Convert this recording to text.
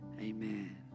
Amen